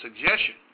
suggestion